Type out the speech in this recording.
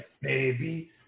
baby